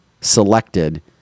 selected